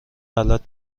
غلط